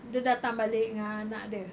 dia datang balik dengan anak dia